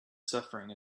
suffering